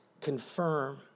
confirm